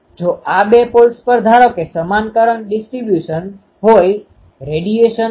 એ સમસ્યા જેમ કે આપણે કહી રહ્યા છીએ કે ધારો કે કલકત્તા રેડિયો સ્ટેશન વિકિરણ કરી રહ્યું છે અને નજીકમાં ધાકા રેડિયો સ્ટેશન છે